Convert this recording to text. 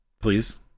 Please